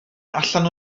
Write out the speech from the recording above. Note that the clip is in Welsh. allan